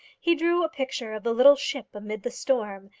he drew a picture of the little ship amidst the storm,